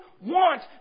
want